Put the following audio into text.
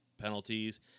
penalties